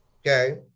okay